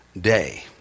day